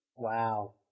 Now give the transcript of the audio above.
Wow